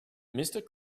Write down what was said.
mister